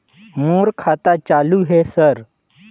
मोर खाता चालु हे सर?